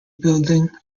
building